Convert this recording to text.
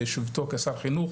בשיבתו כשר חינוך,